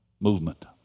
movement